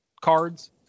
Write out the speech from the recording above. cards